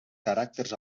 caràcters